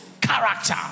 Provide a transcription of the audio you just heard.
Character